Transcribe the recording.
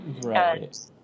Right